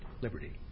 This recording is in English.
liberty